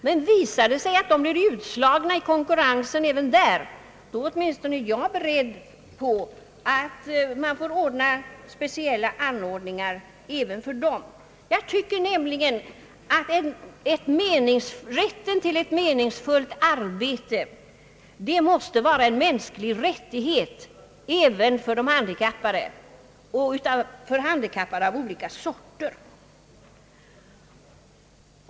Men visar det sig att de blir utslagna i konkurrensen även där, är åtminstone jag beredd på att man får vidta speciella anordningar även för dem, Jag tycker nämligen att rätten till ett meningsfullt arbete måste vara en mänsklig rättighet även för de handikappade — för handikappade av alla slag.